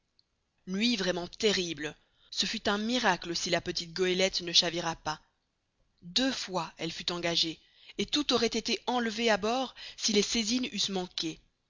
nuit vraiment terrible ce fut un miracle si la petite goélette ne chavira pas deux fois elle fut engagée et tout aurait été enlevé à bord si les saisines eussent manqué